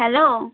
hello